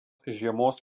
žiemos